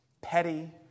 petty